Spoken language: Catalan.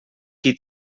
qui